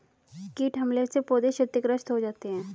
कीट हमले से पौधे क्षतिग्रस्त हो जाते है